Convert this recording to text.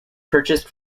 purchased